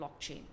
blockchain